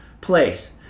place